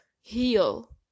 heal